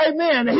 Amen